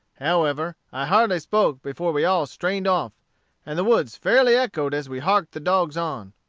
however, i hardly spoke before we all strained off and the woods fairly echoed as we harked the dogs on.